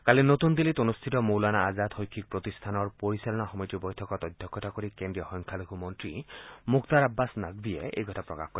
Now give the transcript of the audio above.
কালি নতুন দিল্লীত অনুষ্ঠিত মৌলানা আজাদ শৈক্ষিক প্ৰতিষ্ঠানৰ পৰিচালনা সমিতিৰ বৈঠকত অধ্যক্ষতা কৰি কেন্দ্ৰীয় সংখ্যালঘু মন্ত্ৰী মুখতাৰ আববাছ নাকভিয়ে এইকথা প্ৰকাশ কৰে